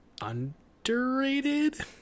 Underrated